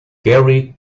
gary